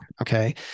Okay